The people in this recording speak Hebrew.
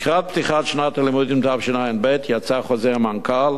לקראת פתיחת שנת הלימודים תשע"ב יצא חוזר מנכ"ל,